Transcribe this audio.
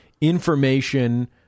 information